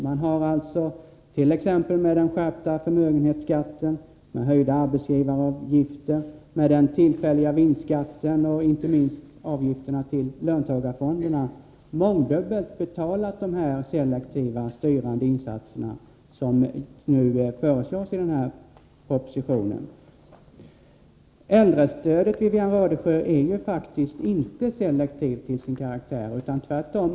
Man har alltså t.ex. med den skärpta förmögenhetsskatten, med höjda arbetsgivaravgifter, med den tillfälliga vinstskatten och, inte minst, med avgifterna till löntagarfonderna mångdubbelt betalat de selektiva styrande insatser som föreslås i den proposition som vi nu behandlar. Äldrestödet, Wivi-Anne Radesjö, är faktiskt inte selektivt till sin karaktär - tvärtom!